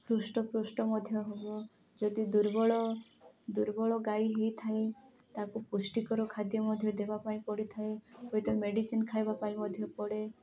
ହୃଷ୍ଟପୃଷ୍ଟ ମଧ୍ୟ ହେବ ଯଦି ଦୁର୍ବଳ ଦୁର୍ବଳ ଗାଈ ହୋଇଥାଏ ତାକୁ ପୁଷ୍ଟିକର ଖାଦ୍ୟ ମଧ୍ୟ ଦେବା ପାଇଁ ପଡ଼ିଥାଏ ହୁଏତ ମେଡ଼ିସିନ୍ ଖାଇବା ପାଇଁ ମଧ୍ୟ ପଡ଼େ